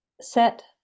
set